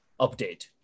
update